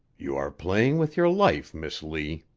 you are playing with your life, miss lee.